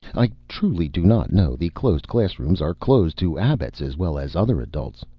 i truly do not know. the closed classrooms are closed to abbots as well as other adults.